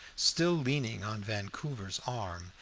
still leaning on vancouver's arm,